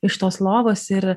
iš tos lovos ir